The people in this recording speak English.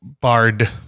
Bard